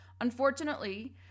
unfortunately